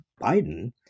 biden